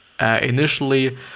initially